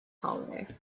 holiday